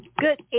Good